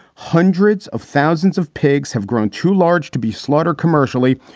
hundreds of thousands of pigs have grown too large to be slaughtered commercially,